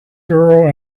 girl